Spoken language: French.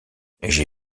j’ai